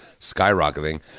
skyrocketing